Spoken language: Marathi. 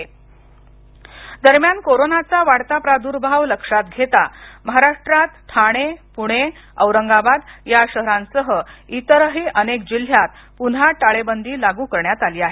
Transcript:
गंगाखेडकर दरम्यान कोरोनाचा वाढता प्रादुर्भाव लक्षात घेता महाराष्ट्रात ठाणे पुणे औरंगाबाद या शहरांसह इतरही अनेक जिल्ह्यात पुन्हा टाळेबंदी लागू करण्यात आली आहे